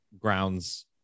grounds